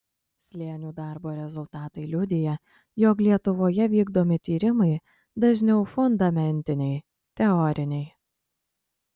slėnių darbo rezultatai liudija jog lietuvoje vykdomi tyrimai dažniau fundamentiniai teoriniai